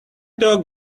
dog